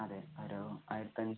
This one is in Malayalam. അതെ ഒരു ആയിരത്തിയഞ്ഞൂറ്